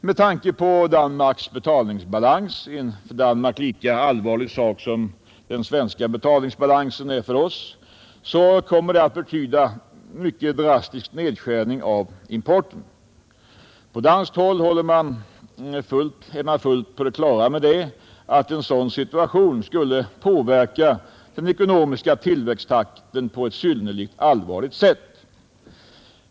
Med tanke på Danmarks betalningsbalans — en för Danmark lika allvarlig sak som den svenska betalningsbalansen är för oss — kommer det att betyda en mycket drastisk nedskärning av importen, På danskt håll är man fullt på det klara med att en sådan situation skulle påverka den ekonomiska tillväxttakten på ett synnerligen allvarligt sätt.